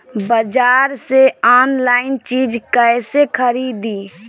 बाजार से आनलाइन चीज कैसे खरीदी?